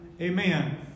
Amen